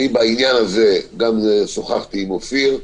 אני בעניין הזה גם שוחחתי עם אופיר.